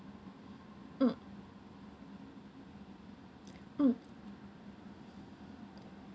mm mm